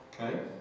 Okay